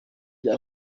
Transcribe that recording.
bya